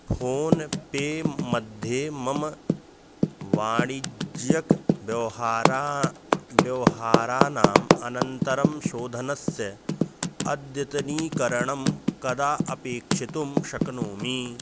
phone pay मध्ये मम वाणिज्यव्यवहाराणि व्यवहाराणाम् अनन्तरं शोधनस्य अद्यतनीकरणं कदा अपेक्षितुं शक्नोमि